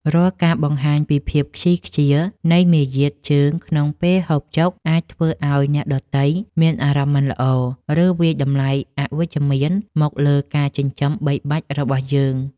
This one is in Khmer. រាល់ការបង្ហាញពីភាពខ្ជីខ្ជានៃមារយាទជើងក្នុងពេលហូបចុកអាចធ្វើឱ្យអ្នកដទៃមានអារម្មណ៍មិនល្អ ឬ វាយតម្លៃអវិជ្ជមានមកលើការចិញ្ចឹមបីបាច់របស់យើង។